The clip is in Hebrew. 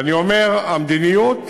ואני אומר, המדיניות